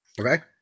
Okay